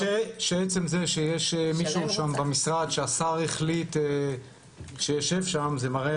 שעצם זה שיש מישהו שם במשרד שהשר החליט שיישב שם זה מראה